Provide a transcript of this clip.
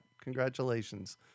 Congratulations